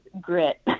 grit